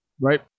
Right